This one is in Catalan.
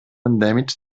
endèmics